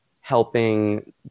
helping